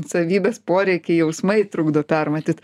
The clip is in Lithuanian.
savybės poreikiai jausmai trukdo permatyt